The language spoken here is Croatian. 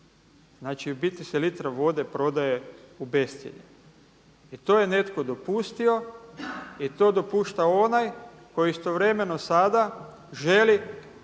Znači u biti se litra vode prodaje u bescjenje. I to je netko dopustio i to dopušta onaj koji istovremeno sada želi